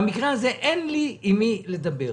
במקרה הזה אין לי עם מי לדבר.